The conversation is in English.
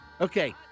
Okay